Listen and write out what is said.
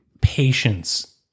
patience